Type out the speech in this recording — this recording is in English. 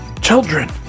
Children